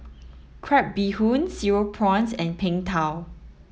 crab bee hoon cereal prawns and Png Tao